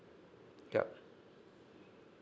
yup